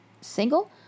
single